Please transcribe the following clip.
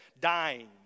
dying